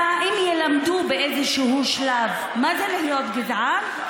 אם ילמדו באיזשהו שלב מה זה להיות גזען,